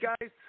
guys